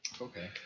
Okay